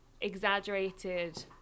exaggerated